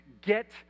get